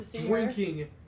drinking